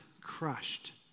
crushed